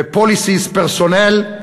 ו-policy is personnel,